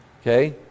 okay